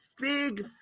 Big